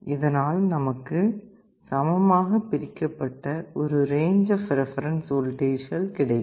இதனால் நமக்கு சமமாக பிரிக்கப்பட்ட ஒரு ரேஞ்ச் ஆப் ரெபரன்ஸ் வோல்டேஜ்கள் கிடைக்கும்